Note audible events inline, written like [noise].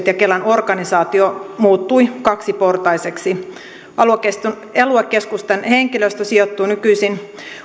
[unintelligible] ja kelan organisaatio muuttui kaksiportaiseksi aluekeskusten henkilöstö sijoittuu nykyisin